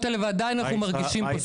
האלה ועדיין אנחנו מרגישים פה סוג ב'.